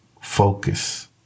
focus